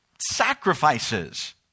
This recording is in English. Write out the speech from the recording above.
sacrifices